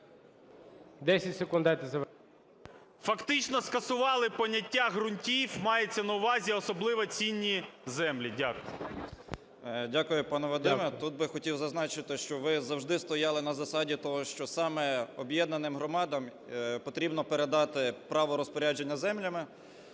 Дякую, пане Вадиме. Тут би хотів зазначити, що, ви завжди стояли на засаді того, що саме об'єднаним громадам потрібно передати право розпорядження землями,